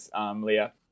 Leah